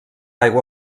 aigua